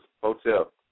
Hotel